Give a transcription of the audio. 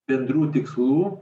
bendrų tikslų